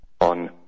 on